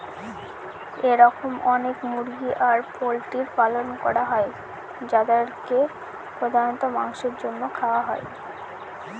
এরকম অনেক মুরগি আর পোল্ট্রির পালন করা হয় যাদেরকে প্রধানত মাংসের জন্য খাওয়া হয়